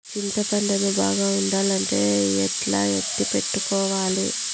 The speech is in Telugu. చింతపండు ను బాగుండాలంటే ఎట్లా ఎత్తిపెట్టుకోవాలి?